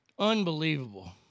Unbelievable